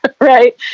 right